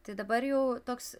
tai dabar jau toks